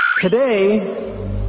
Today